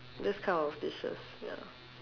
this kind of dishes